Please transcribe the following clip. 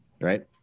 right